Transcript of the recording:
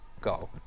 go